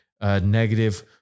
negative